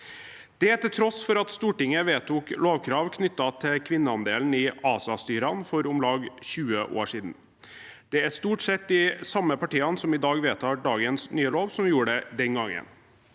det til tross for at Stortinget vedtok lovkrav knyttet til kvinneandelen i ASA-styrene for om lag 20 år siden. Det er stort sett de samme partiene som i dag vedtar dagens nye lov som gjorde det den gangen.